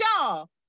y'all